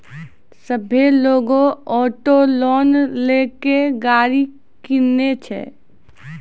सभ्भे लोगै auto loan लेय के गाड़ी किनै छै